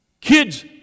Kids